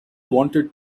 wanted